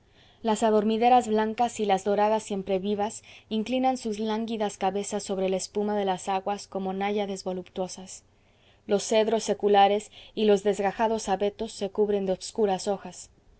las adormideras blancas y las doradas siemprevivas inclinan sus lánguidas cabezas sobre la espuma de las aguas como náyades voluptuosas los cedros seculares y los desgajados abetos se cubren de obscuras hojas